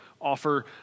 offer